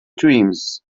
dreams